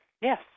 Yes